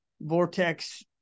Vortex